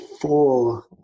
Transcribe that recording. four